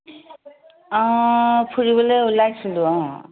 অঁ ফুৰিবলৈ ওলাইছিলোঁ অঁ